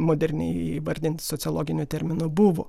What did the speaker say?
moderniai įvardint sociologiniu terminu buvo